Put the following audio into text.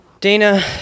Dana